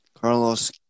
Carlos